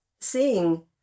seeing